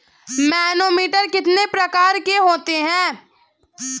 Manometer कितने प्रकार के होते हैं?